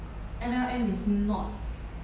M_L_M is not